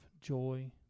joy